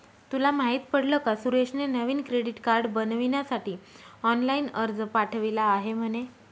तुला माहित पडल का सुरेशने नवीन क्रेडीट कार्ड बनविण्यासाठी ऑनलाइन अर्ज पाठविला आहे म्हणे